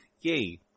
yay